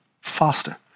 faster